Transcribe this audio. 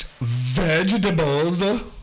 vegetables